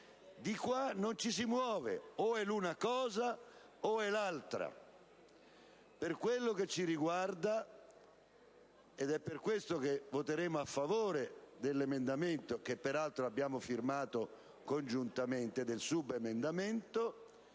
Di qua non ci si muove: o è l'una cosa o è l'altra. Per quello che ci riguarda - è per questo che voteremo a favore del subemendamento 2.0.2000/2, che peraltro abbiamo firmato congiuntamente - o si sta da una